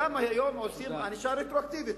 היום גם עושים ענישה רטרואקטיבית.